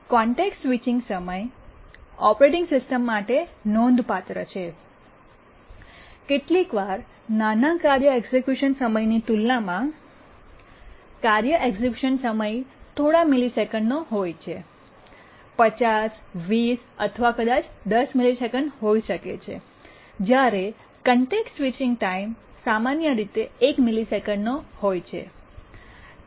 context switching સમય operating system માટે નોંધપાત્ર છેકેટલીકવાર નાના કાર્ય એક્ઝેક્યુશન સમયની તુલનામાં કાર્ય એક્ઝેક્યુશન સમય થોડા મિલિસેકન્ડ્સનો હોય છે 50 20 અથવા કદાચ 10 મિલિસેકન્ડ હોઈ શકે છે જ્યારે કોન્ટેક્સ્ટ સ્વિચિંગ સમય સામાન્ય રીતે 1 મિલિસેકન્ડનો હોય છે